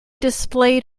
displayed